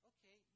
Okay